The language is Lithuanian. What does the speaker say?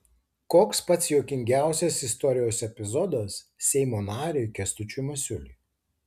koks pats juokingiausias istorijos epizodas seimo nariui kęstučiui masiuliui